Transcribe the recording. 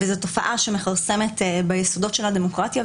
זו תופעה שמכרסמת ביסודות של הדמוקרטיה,